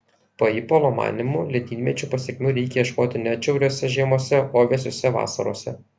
paipolo manymu ledynmečių pasekmių reikia ieškoti ne atšiauriose žiemose o vėsiose vasarose